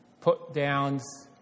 put-downs